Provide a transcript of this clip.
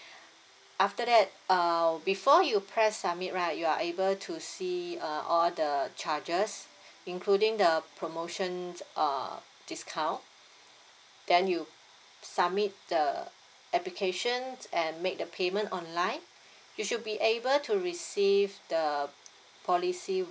after that uh before you press submit right you are able to see uh all the charges including the promotions uh discount then you submit the applications and make the payment online you should be able to receive the policy